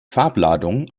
farbladung